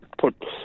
put